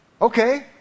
Okay